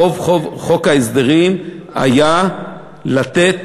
רוב חוק ההסדרים היה לתת